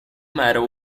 medal